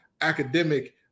academic